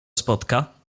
spotka